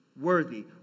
worthy